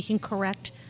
correct